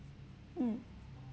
mm